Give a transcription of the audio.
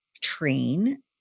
train